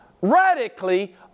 radically